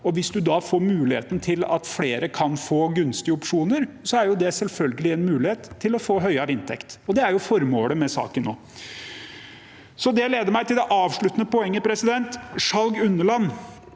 hvis man da får muligheten til at flere kan få gunstige opsjoner, er det selvfølgelig en mulighet til å få høyere inntekt. Det er formålet med saken nå. Det leder meg til det avsluttende poenget. Andreas Sjalg Unneland